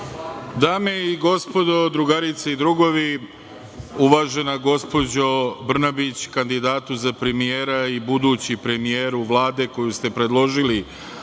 Dame i gospodo, drugarice i drugovi, uvažena gospođo Brnabić, kandidatu za premijera i budući premijeru Vlade koju ste predložili